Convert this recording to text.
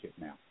now